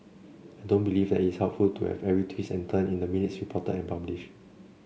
I don't believe that it is helpful to have every twist and turn in the minutes reported and publish